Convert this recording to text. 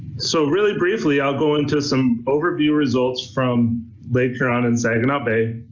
so really briefly, i'll go into some overview results from lake huron and saginaw bay.